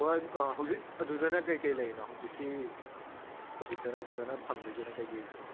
ꯍꯣꯏ ꯑꯗꯨ ꯍꯧꯖꯤꯛ ꯑꯗꯨꯗꯅ ꯀꯩꯀꯩ ꯂꯩꯔꯤꯅꯣ ꯍꯧꯖꯤꯛꯀꯤ ꯍꯧꯖꯤꯛꯇꯅ ꯑꯗꯨꯗꯅ ꯐꯪꯗꯣꯏꯁꯤꯅ ꯀꯩꯀꯩ